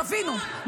תבינו,